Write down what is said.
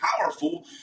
powerful